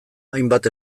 hainbat